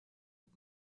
and